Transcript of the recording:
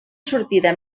sortida